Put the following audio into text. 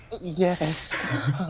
Yes